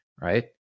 right